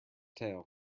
tale